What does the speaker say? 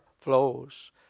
flows